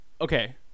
Okay